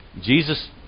Jesus